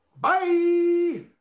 bye